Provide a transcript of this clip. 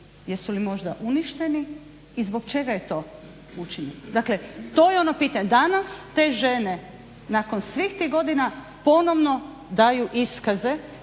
jesu li možda uništeni i zbog čega je to učinjeno. Dakle to je ono pitanje. Danas te žene nakon svih tih godina ponovno daju iskaze